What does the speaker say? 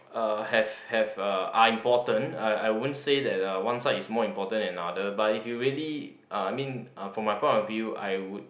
uh have have uh are important I I won't say that uh one side is important than another but if you really uh I mean uh from my part of view I would